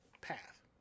path